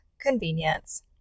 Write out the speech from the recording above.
convenience